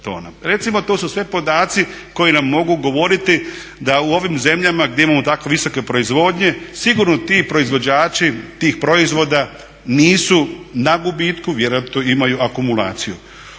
Recimo to su sve podaci koji nam mogu govoriti da u ovim zemljama gdje imamo tako visoke proizvodnje sigurno ti proizvođači tih proizvoda nisu na gubitku, vjerojatno imaju akumulaciju.